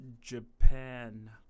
Japan